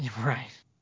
Right